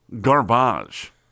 garbage